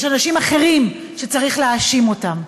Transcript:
יש אנשים אחרים שצריך להאשים אותם.